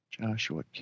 Joshua